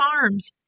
Farms